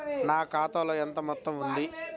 నా ఖాతాలో ఎంత మొత్తం ఉంది?